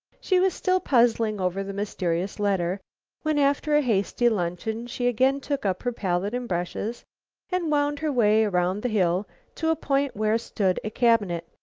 she was still puzzling over the mysterious letter when, after a hasty luncheon, she again took up her palette and brushes and wound her way around the hill to a point where stood a cabinet,